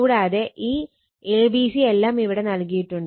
കൂടാതെ ഈ A B C എല്ലാം ഇവിടെ നൽകിയിട്ടുണ്ട്